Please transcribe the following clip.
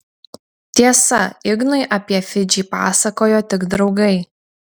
tiesa ignui apie fidžį pasakojo tik draugai